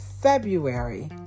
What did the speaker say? February